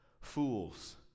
fools